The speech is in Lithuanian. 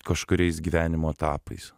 kažkuriais gyvenimo etapais